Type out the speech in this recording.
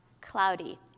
cloudy